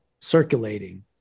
circulating